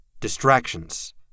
Distractions